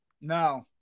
No